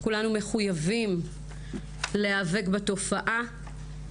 כולנו מחויבים להיאבק בתופעה.